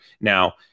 Now